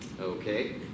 okay